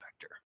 vector